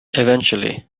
eventually